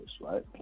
right